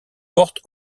porte